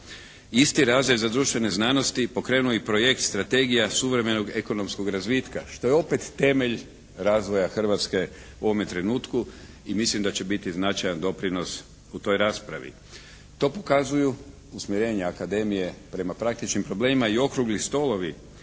Isti razred za društvene znanosti pokrenuo je i projekt strategija suvremenog ekonomskog razvitka što je opet temelj razvoja Hrvatske u ovome trenutku i mislim da će biti značajan doprinos u toj raspravi. To pokazuju usmjerenja akademije prema praktičnim problemima i okrugli stolovi